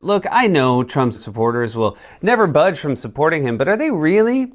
look, i know trump's diehard supporters will never budge from supporting him, but are they really